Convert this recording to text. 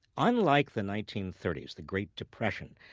unlike the nineteen thirty s, the great depression,